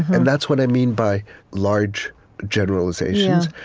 and that's what i mean by large generalizations.